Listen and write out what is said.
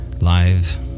live